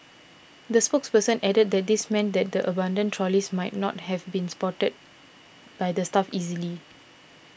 the spokesperson added that this meant that the abandoned trolleys might not have been spotted by the staff easily